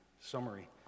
summary